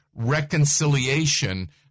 reconciliation